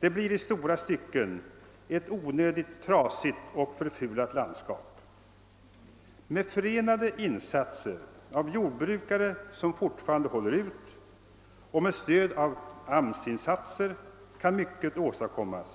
Det blir i stora stycken ett onödigtvis trasigt och förfulat landskap. Med förenade insatser av jordbrukare, som fortfarande håller ut, och med stöd av AMS-insatser kan mycket åstadkommas.